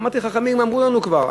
אמרתי: חכמים אמרו לנו כבר,